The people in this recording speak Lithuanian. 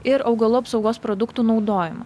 ir augalų apsaugos produktų naudojimą